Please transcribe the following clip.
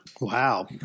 Wow